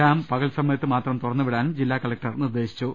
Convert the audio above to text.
dam പക ൽ സമയത്ത് മാത്രം തുടന്ന് വിടാനും ജില്ലാ കലക്ടർ നിർദ്ദേശിച്ചു